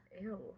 Ew